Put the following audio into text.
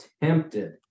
tempted